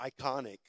iconic